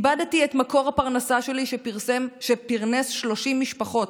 איבדתי את מקור הפרנסה שלי שפרנס 30 משפחות,